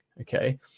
Okay